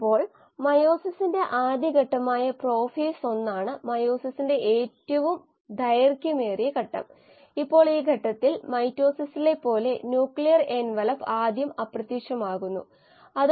ഇത് പ്രതികരണങ്ങളുടെ ഒരു പ്രധാന കൂട്ടമായതിനാൽ കോശത്തിൽ നടക്കുന്ന പ്രധാന മെറ്റബോളിക് പാത കോശങ്ങളിലെ മറ്റ് മെറ്റബോളിക് മാർഗങ്ങളിലൂടെ ഉപയോഗപ്പെടുത്താൻ കഴിയുന്ന മറ്റ് നിരവധി സബ്സ്ട്രേറ്റുകൾ ഉണ്ട്